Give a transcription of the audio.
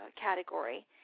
category